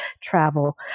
travel